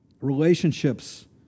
relationships